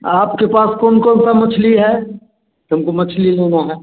आपके पास कौन कौन सा मछली है हमको मछली लेना है